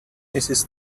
mrs